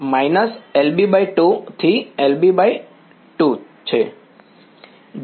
− LB2 થી LB2